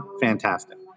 fantastic